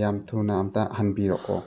ꯌꯥꯝ ꯊꯨꯅ ꯑꯝꯇ ꯍꯟꯕꯤꯔꯛꯑꯣ